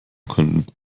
können